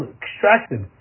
extracted